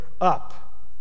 up